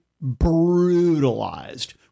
brutalized